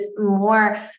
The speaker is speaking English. more